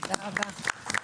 תודה רבה.